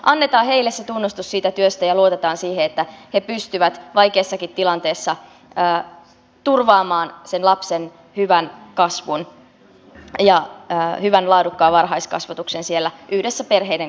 annetaan heille se tunnustus siitä työstä ja luotetaan siihen että he pystyvät vaikeassakin tilanteessa turvaamaan sen lapsen hyvän kasvun ja hyvän laadukkaan varhaiskasvatuksen siellä yhdessä perheiden kanssa tietenkin